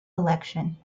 election